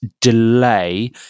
delay